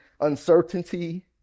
uncertainty